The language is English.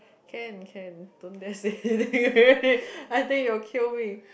can can don't dare say I think you'll kill me